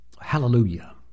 Hallelujah